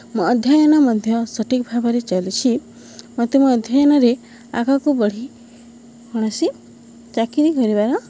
ମୋ ଅଧ୍ୟୟନ ମଧ୍ୟ ସଠିକ୍ ଭାବରେ ଚାଲିଛି ମୋତେ ମୋ ଅଧ୍ୟୟନରେ ଆଗକୁ ବଢ଼ି କୌଣସି ଚାକିରି କରିବାର